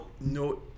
no